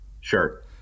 sure